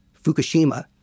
Fukushima